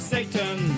Satan